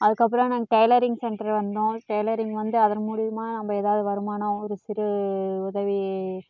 அதுக்கப்புறம் நாங்கள் tailoring centre வந்தோம் டெய்லரிங் வந்து அதன் மூலியமா நம்ம எதாவது வருமானம் ஒரு சிறு உதவி